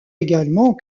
également